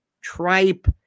tripe